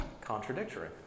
contradictory